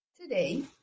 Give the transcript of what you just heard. today